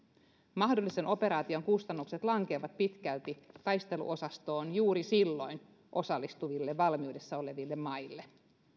mahdollisen operaation kustannukset lankeavat pitkälti taisteluosastoon juuri silloin osallistuville valmiudessa oleville maille